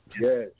Yes